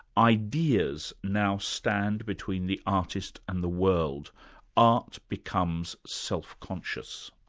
ideas now stand between the artist and the world art becomes self-conscious.